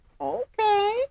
Okay